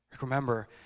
Remember